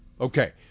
Okay